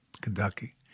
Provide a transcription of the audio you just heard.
Kentucky